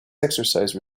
exercise